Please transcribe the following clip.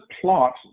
plot